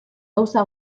gauza